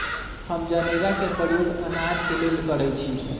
हम जनेरा के प्रयोग अनाज के लेल करइछि